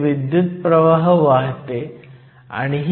तर तापमान T 300 kelvin आहे